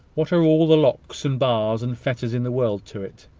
what are all the locks, and bars, and fetters in the world to it?